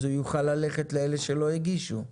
אז הוא יוכל ללכת לאלו שלא הגישו.